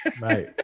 right